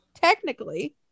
technically